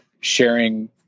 sharing